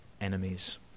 enemies